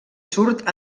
surt